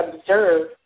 observe